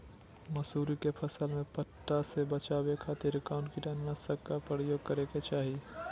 मसूरी के फसल में पट्टा से बचावे खातिर कौन कीटनाशक के उपयोग करे के चाही?